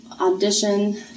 audition